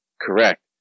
correct